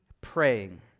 praying